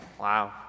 Wow